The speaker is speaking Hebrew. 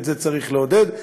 ואת זה צריך לעודד.